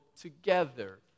together